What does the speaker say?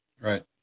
Right